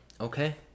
okay